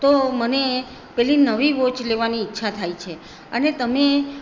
તો મને પેલી નવી વોચ લેવાની ઈચ્છા થાય છે અને તમે